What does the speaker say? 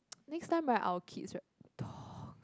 next time right our kids rights talks